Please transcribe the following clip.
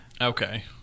okay